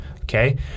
Okay